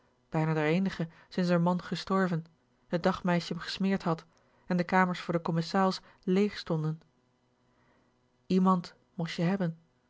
r eenige sinds r man gestorven t dagmeisje m gesmeerd had en de kamers voor de commesaais leeg stonden i e m a n d most je hebben